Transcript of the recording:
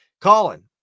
Colin